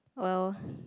well